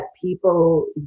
people